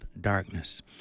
darkness